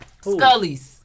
Scully's